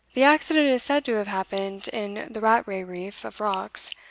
the accident is said to have happened in the rattray reef of rocks,